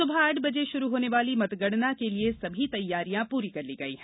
सुबह आठ बजे शुरू होने वाली मतगणना के लिए सभी तैयारियां पूरी कर ली गई हैं